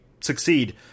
succeed